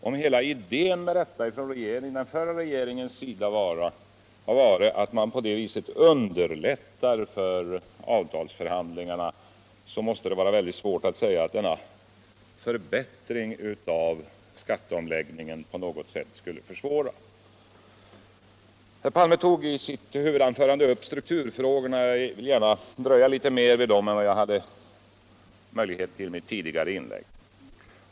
Om hela idén med förslaget från den förra regeringen var alt man på detta sätt underlättar avtalsförhandlingarna måste det vara svårt att säga att den förbättring i skatteomläggningen som vi föreslår på något sätt skulle försvåra avtalsrörelsen. Herr Palme tog i sitt huvudanförande upp strukturfrågorna. och jag vill gärna dröja litet mer vid dem än jag kunde göra i mitt tidigare inlägg.